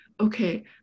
okay